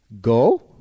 Go